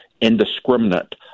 indiscriminate